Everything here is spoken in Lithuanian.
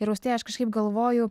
ir austėja aš kažkaip galvoju